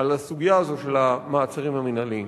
על הסוגיה הזאת של המעצרים המינהליים.